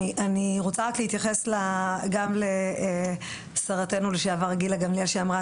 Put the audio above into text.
אני רוצה להתייחס גם לשרתנו לשעבר גילה גמליאל שאמרה